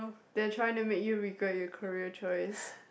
they are trying to make you regret your career choice